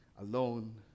alone